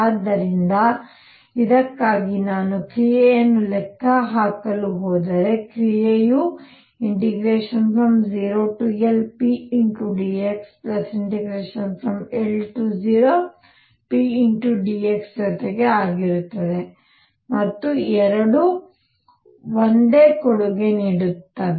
ಆದ್ದರಿಂದ ಇದಕ್ಕಾಗಿ ನಾನು ಕ್ರಿಯೆಯನ್ನು ಲೆಕ್ಕಹಾಕಲು ಹೋದರೆ ಕ್ರಿಯೆಯು 0Lpdx L0 pdx ಜೊತೆಗೆ ಆಗಿರುತ್ತದೆ ಮತ್ತು ಎರಡೂ ಒಂದೇ ಕೊಡುಗೆ ನೀಡುತ್ತವೆ